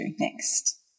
next